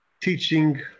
Teaching